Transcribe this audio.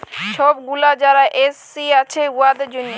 ছব গুলা যারা এস.সি আছে উয়াদের জ্যনহে